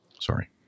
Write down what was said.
Sorry